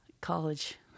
college